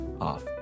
off